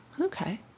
okay